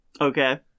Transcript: Okay